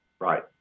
Right